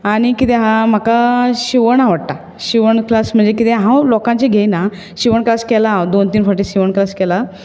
आनी कितें आसा म्हाका शिंवण आवडटा शिंवण क्लास म्हणजे कितें हांव लोकांचें घेयना शिंवण क्लास केला हांव दोन तीन फावटीं शिंवण क्लास केला